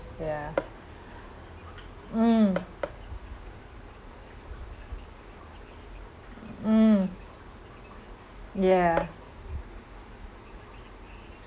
ya mm mm ya